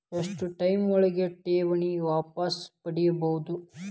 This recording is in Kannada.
ಎಷ್ಟು ಟೈಮ್ ಒಳಗ ಠೇವಣಿ ವಾಪಸ್ ಪಡಿಬಹುದು?